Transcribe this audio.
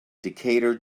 decatur